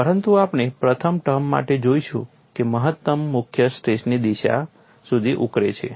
પરંતુ આપણે પ્રથમ ટર્મ માટે જોઈશું કે તે મહત્તમ મુખ્ય સ્ટ્રેસની દિશા સુધી ઉકળે છે